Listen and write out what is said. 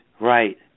right